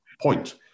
point